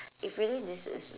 if really this is